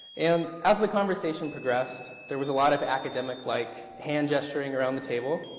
and as the conversation progressed, there was a lot of academic like hand gesturing around the table.